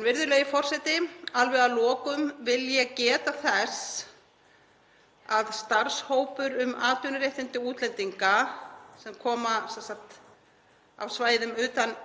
Virðulegi forseti. Alveg að lokum vil ég geta þess að starfshópur um atvinnuréttindi útlendinga sem koma af svæðum utan